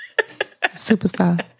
Superstar